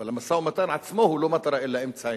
אבל המשא-ומתן עצמו הוא לא מטרה אלא אמצעי.